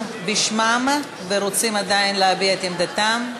בשמם ורוצים עדיין להביע את עמדתם?